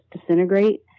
disintegrate